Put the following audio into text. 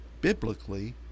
biblically